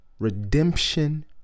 redemption